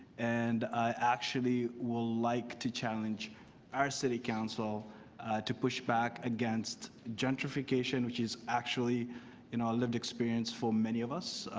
and i actually will like to challenge our city council to push back against gentrification which is actually a ah lived experience for many of us.